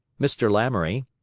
mr. lamoury,